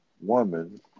woman